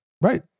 right